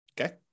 Okay